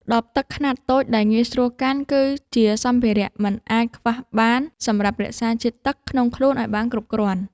ដបទឹកខ្នាតតូចដែលងាយស្រួលកាន់ គឺជាសម្ភារៈមិនអាចខ្វះបានសម្រាប់រក្សាជាតិទឹកក្នុងខ្លួនឱ្យបានគ្រប់គ្រាន់។